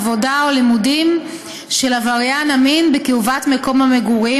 עבודה או לימודים של עבריין מין בקרבת מקום המגורים,